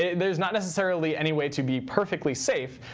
there's not necessarily any way to be perfectly safe.